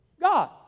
God